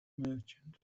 merchant